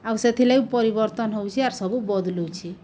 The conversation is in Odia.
ଆଉ ସେଥିରଲାଗି ପରିବର୍ତ୍ତନ ହଉଛେ ଆର୍ ସବୁ ବଦଲୁଛେ